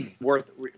worth